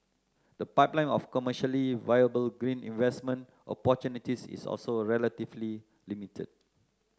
the pipeline of commercially viable green investment opportunities is also relatively limited